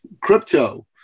crypto